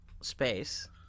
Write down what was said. space